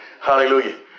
Hallelujah